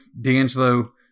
D'Angelo